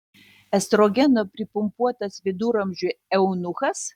estrogeno pripumpuotas viduramžių eunuchas